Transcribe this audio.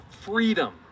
freedom